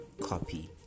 copy